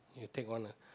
you take one lah